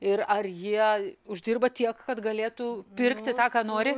ir ar jie uždirba tiek kad galėtų pirkti tą ką nori